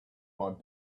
might